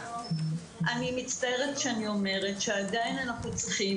אני מצטערת שאני אומרת שעדיין אנחנו צריכים,